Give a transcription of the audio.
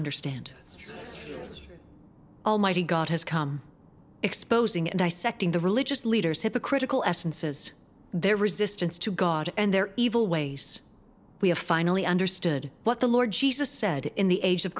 understand almighty god has come exposing and dissecting the religious leaders hypocritical essences their resistance to god and their evil ways we have finally understood what the lord jesus said in the age of